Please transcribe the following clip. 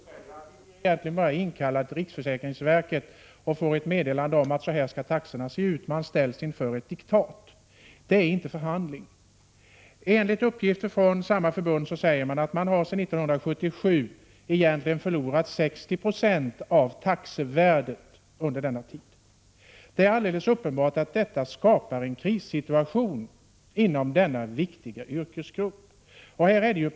Herr talman! Sjukgymnastförbundet klagar och säger att man från riksförsäkringsverket bara har fått ett meddelande om hur taxan skall se ut. Man har ställts inför ett diktat. Det har inte varit fråga om några förhandlingar. Enligt uppgift från samma förbund har man sedan 1977 egentligen förlorat 60 20 av taxevärdet. Det är alldeles uppenbart att detta skapar en krissituation inom denna viktiga yrkesgrupp.